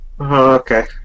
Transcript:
Okay